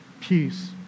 Peace